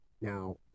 Now